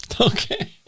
Okay